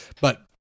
But-